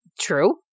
True